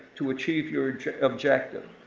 to achieve your objective.